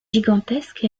gigantesques